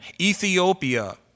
Ethiopia